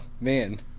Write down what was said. man